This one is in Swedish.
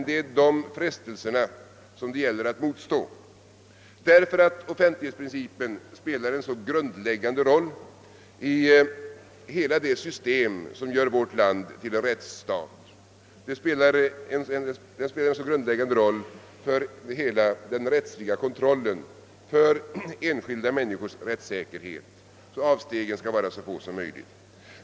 Det är dessa frestelser det gäller att motstå, eftersom offentlighetsprincipen spelar en så grundläggande roll i hela det system som gör vårt land till en rättsstat liksom för hela den rättsliga kontrollen och enskilda människors rättssäkerhet. Avstegen måste därför vara så få som möjligt.